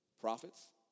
Prophets